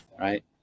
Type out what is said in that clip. right